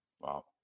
wow